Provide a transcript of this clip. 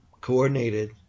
coordinated